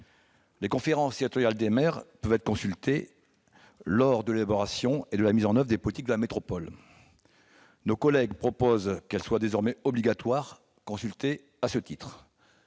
Les conférences territoriales des maires peuvent être consultées lors de l'élaboration et de la mise en oeuvre des politiques de la métropole. Nos collègues proposent que leur consultation soit désormais obligatoire. J'y suis très